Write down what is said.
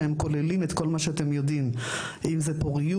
שכולל את כל מה שאתם יודעים: פוריות,